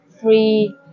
three